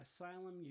Asylum